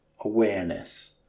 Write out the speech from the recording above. awareness